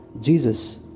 Jesus